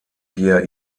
hier